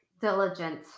diligent